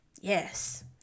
yes